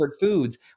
foods